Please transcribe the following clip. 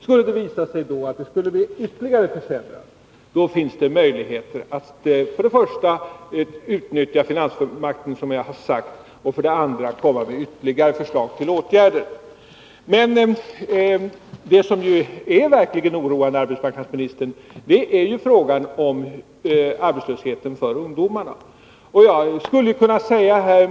Skulle det då visa sig att det blir ytterligare försämringar, finns det möjligheter att för det första, som jag har sagt, utnyttja finansfullmakten, för det andra lägga fram ytterligare förslag till åtgärder. Men det som nu är verkligen oroande, herr arbetsmarknadsminister, är frågan om arbetslösheten för ungdomarna.